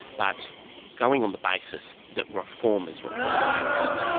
but going on the basis that reform is required,